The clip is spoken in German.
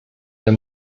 der